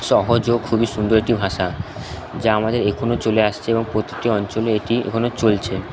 সহজ ও খুবই সুন্দর একটি ভাষা যা আমাদের চলে আসছে এবং প্রতিটি অঞ্চলে এটি এখনো চলছে